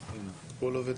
האחרונות.